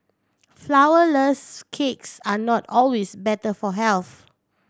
flowerless cakes are not always better for health